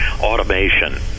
automation